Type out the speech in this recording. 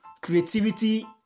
Creativity